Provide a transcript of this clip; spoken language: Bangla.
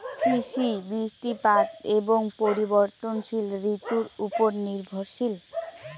কৃষি বৃষ্টিপাত এবং পরিবর্তনশীল ঋতুর উপর নির্ভরশীল